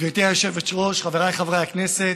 גברתי היושבת-ראש, חבריי חברי הכנסת,